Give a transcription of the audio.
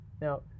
Now